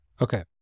okay